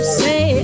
say